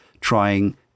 trying